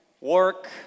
Work